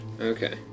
Okay